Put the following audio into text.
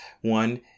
one